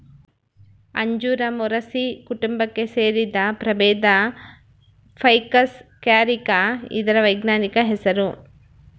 ಅಂಜೂರ ಮೊರಸಿ ಕುಟುಂಬಕ್ಕೆ ಸೇರಿದ ಪ್ರಭೇದ ಫೈಕಸ್ ಕ್ಯಾರಿಕ ಇದರ ವೈಜ್ಞಾನಿಕ ಹೆಸರು